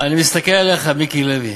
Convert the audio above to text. אני מסתכל עליך, מיקי לוי.